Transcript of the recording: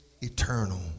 eternal